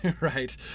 right